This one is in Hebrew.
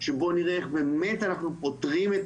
שבו נראה איך אנחנו באמת פותרים את